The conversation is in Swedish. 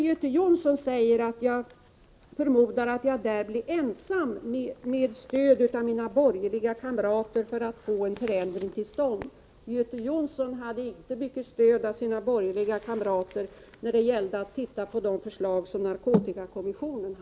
Göte Jonsson säger att han förmodar att han där blir ensam med stöd av sina borgerliga kamrater när det gäller att få en förändring till stånd. Göte Jonsson hade emellertid inte mycket stöd av sina borgerliga kamrater när det gällde att titta på «Nr 56